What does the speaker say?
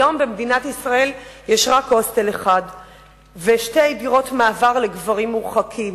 היום במדינת ישראל יש רק הוסטל אחד ושתי דירות מעבר לגברים מורחקים.